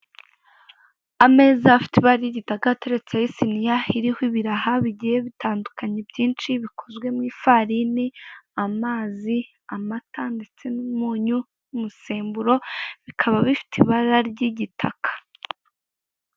Ameza afite ibara ry'igitaka ateretseho isiniya iriho ibiraha bigiye bitandukanye byinshi bikozwe mwifarini, amazi, amata ndetse n'umunyu n'umusemburo bikaba bifite ibara ry'igitaka.